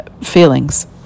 feelings